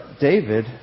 David